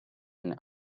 and